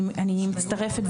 אני מצטרפת,